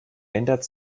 ändert